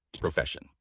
profession